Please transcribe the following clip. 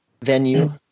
venue